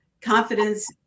confidence